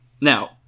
Now